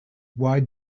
why